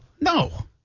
no